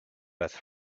earth